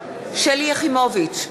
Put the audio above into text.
שלי יחימוביץ,